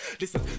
Listen